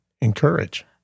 encourage